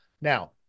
Now